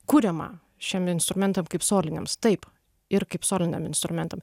kuriama šiem instrumentam kaip soliniams taip ir kaip soliniam instrumentam